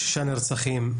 שישה נרצחים.